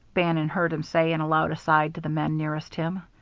bannon heard him say in a loud aside to the man nearest him.